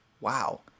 Wow